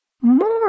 more